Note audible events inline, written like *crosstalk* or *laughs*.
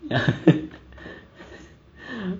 yeah *laughs*